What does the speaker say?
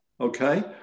Okay